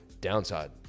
downside